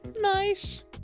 nice